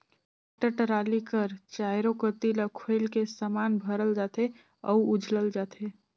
tractor trolley कर चाएरो कती ल खोएल के समान भरल जाथे अउ उझलल जाथे